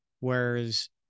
Whereas